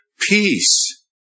peace